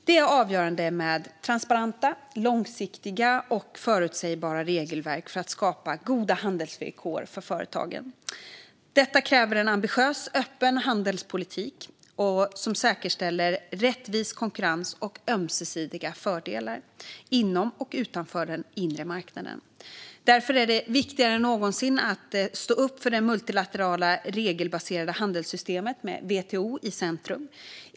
Det är avgörande med transparenta, långsiktiga och förutsägbara regelverk för att skapa goda handelsvillkor för företagen. Detta kräver en ambitiös öppen handelspolitik som säkerställer rättvis konkurrens och ömsesidiga fördelar inom och utanför den inre marknaden. Därför är det viktigare än någonsin att stå upp för det multilaterala regelbaserade handelssystemet, med WTO i centrum.